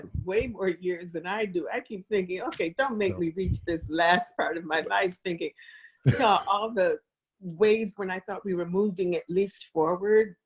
way more years than i do. i keep thinking, okay, don't make me reach this last part of my life thinking all ah the ways when i thought we were moving at least forward,